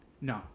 No